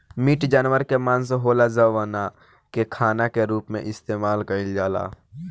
meat जानवर के मांस होला जवना के खाना के रूप में इस्तेमाल कईल जाला